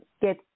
get